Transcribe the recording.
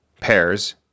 pairs